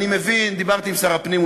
דיברתי עם שר הפנים,